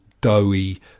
doughy